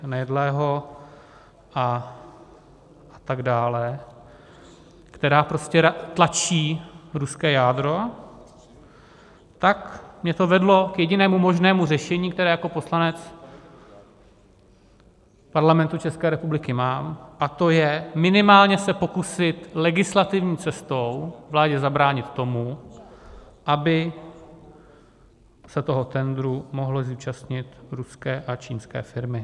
Nejedlého a tak dále, která prostě tlačí ruské jádro, tak mě to vedlo k jedinému možnému řešení, které jako poslanec Parlamentu České republiky mám, a to je minimálně se pokusit legislativní cestou vládě zabránit v tom, aby se toho tendru mohly zúčastnit ruské a čínské firmy.